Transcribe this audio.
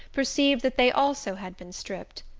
perceived that they also had been stripped.